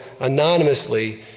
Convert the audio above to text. anonymously